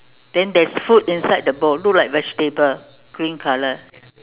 then there's food inside the bowl look like vegetable green colour